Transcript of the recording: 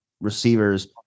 receivers